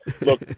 look